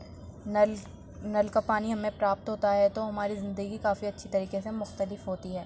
نل نل کا پانی ہمیں پراپت ہوتا ہے تو ہماری زندگی کافی اچھی طریقے سے مختلف ہوتی ہے